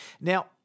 Now